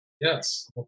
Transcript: Yes